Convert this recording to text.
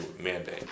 mandate